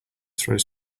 throws